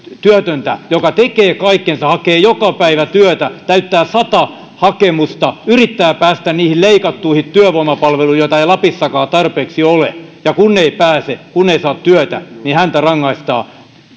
työtöntä joka tekee kaikkensa hakee joka päivä työtä täyttää sata hakemusta yrittää päästä niihin leikattuihin työvoimapalveluihin joita ei lapissakaan tarpeeksi ole ja kun ei pääse kun ei saa työtä niin häntä rangaistaan